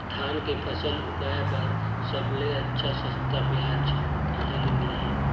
धान के फसल उगाई बार सबले अच्छा सस्ता ब्याज कहा ले मिलही?